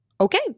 okay